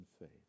faith